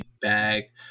bag